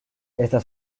estas